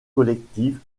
collectives